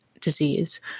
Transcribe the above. disease